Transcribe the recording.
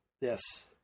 Yes